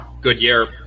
Goodyear